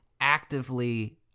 actively